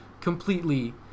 completely